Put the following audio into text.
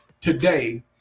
today